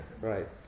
right